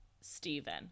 Stephen